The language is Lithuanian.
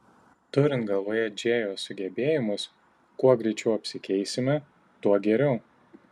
turint galvoje džėjos sugebėjimus kuo greičiau apsikeisime tuo geriau